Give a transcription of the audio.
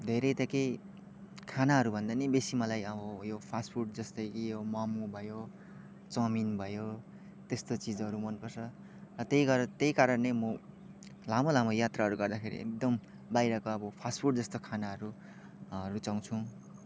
धेरै त के खानाहरूभन्दा नि बेसी मलाई अब यो फास्टफुड जस्तै कि यो मोमो भयो चाउमिन भयो त्यस्तो चिजहरू मनपर्छ र त्यही गरे त्यही कारण नै म लामो लामो यात्राहरू गर्दाखेरि एकदम बाहिरको अब फास्टफुड जस्तो खानाहरू रुचाउँछु